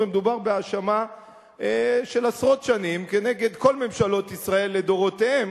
ומדובר בהאשמה של עשרות שנים נגד כל ממשלות ישראל לדורותיהן,